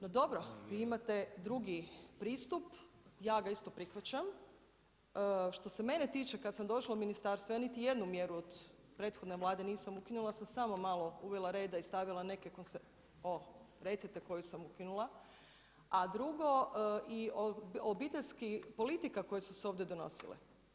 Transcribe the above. No dobro, vi imate drugi pristup, ja ga isto prihvaćam, što se mene tiče kada sam došla u ministarstvo ja niti jednu mjeru od prethodne Vlade nisam ukinula, ja sam samo malo uvela reda i stavila, o, recite koje sam ukinula, a drugo i obiteljskih politika koje su se ovdje donosile.